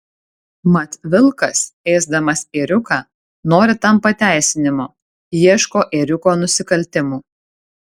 mat vilkas ėsdamas ėriuką nori tam pateisinimo ieško ėriuko nusikaltimų